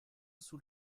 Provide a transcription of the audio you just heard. sous